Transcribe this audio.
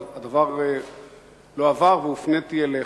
אבל הדבר לא עבר והופניתי אליך.